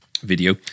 video